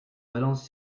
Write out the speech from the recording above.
valence